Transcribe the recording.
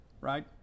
right